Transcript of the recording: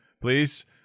Please